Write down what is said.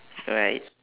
alright